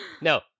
No